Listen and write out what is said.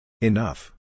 Enough